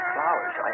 Flowers